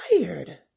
tired